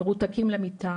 מרותקים למיטה.